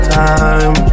time